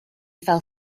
fell